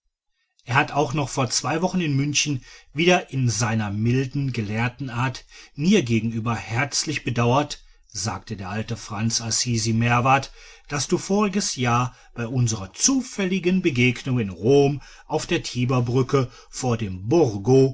er hat es auch noch vor zwei wochen in münchen wieder in seiner milden gelehrtenart mir gegenüber herzlich bedauert sagte der alte franz assisi meerwarth daß du voriges jahr bei unserer zufälligen begegnung in rom auf der tiberbrücke vor dem borgo